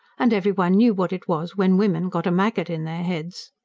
and every one knew what it was when women got a maggot in their heads.